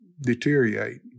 deteriorate